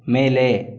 ಮೇಲೆ